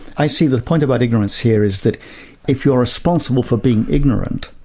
i see the point about ignorance here is that if you're responsible for being ignorant,